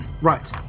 Right